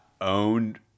owned